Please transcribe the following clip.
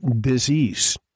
disease